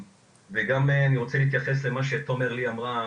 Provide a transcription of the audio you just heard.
וגם אני רוצה להתייחס למה שתומר לי אמרה,